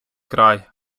край